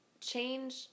change